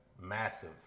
massive